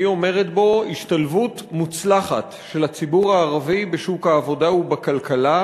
והיא אומרת בו: השתלבות מוצלחת של הציבור הערבי בשוק העבודה ובכלכלה